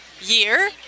year